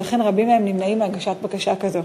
ולכן רבים מהם נמנעים מהגשת בקשה כזו.